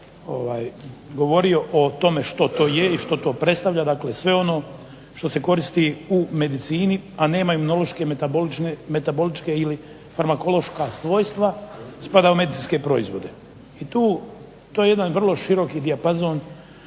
govorio o tome što to je, i što to predstavlja, dakle sve ono što se koristi u medicini a nema imunološke, metaboličke ili farmakološka svojstva, spada u medicinske proizvode. I tu, to je jedan vrlo široki dijapazon